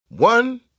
One